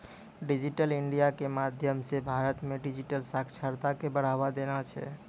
digital India के माध्यम से भारत मे डिजिटल साक्षरता के बढ़ावा देना छै